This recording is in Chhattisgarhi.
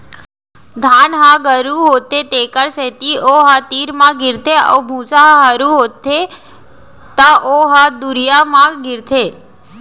धान ह गरू होथे तेखर सेती ओ ह तीर म गिरथे अउ भूसा ह हरू होथे त ओ ह दुरिहा म गिरथे